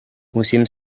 musim